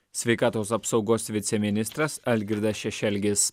sveikatos apsaugos viceministras algirdas šešelgis